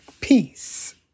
Peace